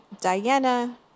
Diana